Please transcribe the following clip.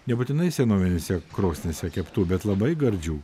nebūtinai senovinėse krosnyse keptų bet labai gardžių